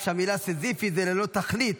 רק שהמילה סיזיפי זה ללא תכלית.